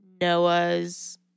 Noah's